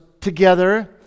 together